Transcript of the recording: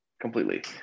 Completely